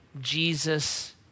Jesus